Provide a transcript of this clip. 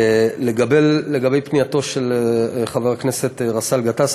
לגבי פנייתו של חבר הכנסת באסל גטאס,